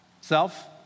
Self